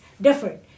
different